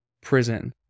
prison